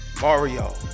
mario